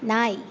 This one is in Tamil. நாய்